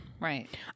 right